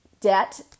debt